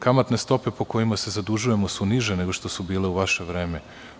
Kamatne stope po kojima se zadužujemo su znatno niže nego što su bile u vaše vreme.